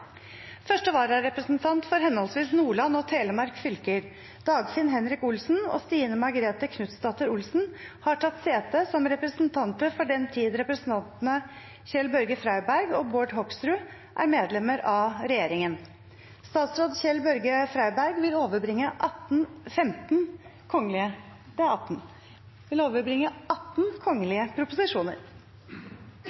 Første vararepresentant for henholdsvis Nordland og Telemark fylker, Dagfinn Henrik Olsen og Stine Margrethe Knutsdatter Olsen , har tatt sete som representanter for den tid representantene Kjell-Børge Freiberg og Bård Hoksrud er medlemmer av regjeringen. Statsråd Kjell-Børge Freiberg vil overbringe 18 kongelige